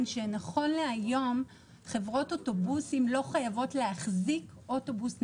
שנכון להיום חברות האוטובוסים לא חייבות להחזיק אוטובוס נגיש.